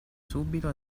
subito